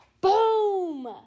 Boom